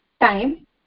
time